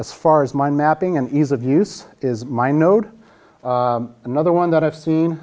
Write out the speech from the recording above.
as far as my mapping and ease of use is my node another one that i've seen